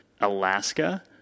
Alaska